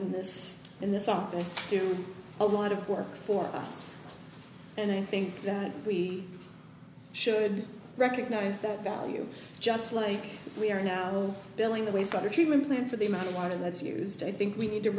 in this in this office do a lot of work for us and i think that we should recognize that value just like we are now will billing the waste water treatment plant for the amount of water that's used i think we need to